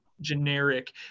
generic